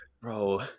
Bro